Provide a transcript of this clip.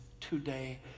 today